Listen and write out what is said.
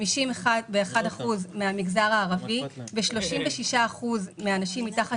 51% מן המגזר הערבי ו-36% מאנשים מתחת